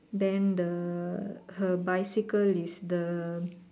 then the her bicycle is the